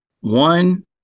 One